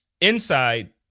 inside